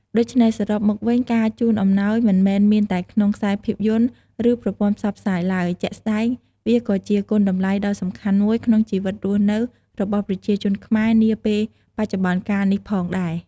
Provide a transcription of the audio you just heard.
ដូច្នេះ សរុបមកវិញ ការជូនអំណោយមិនមែនមានតែក្នុងខ្សែភាពយន្ត ឬ ប្រព័ន្ធផ្សព្វផ្សាយឡើយ ជាក់ស្ដែង វាក៏ជាគុណតម្លៃដ៏សំខាន់មួយក្នុងជីវិតរស់នៅរបស់ប្រជាជនខ្មែរនាពេលបច្ចុប្បន្នកាលផងដែរ។